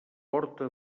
porta